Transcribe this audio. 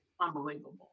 unbelievable